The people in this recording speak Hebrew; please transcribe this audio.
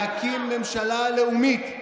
להקים ממשלה לאומית,